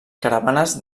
caravanes